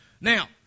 now